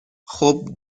خوب